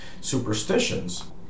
superstitions